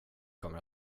kommer